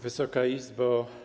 Wysoka Izbo!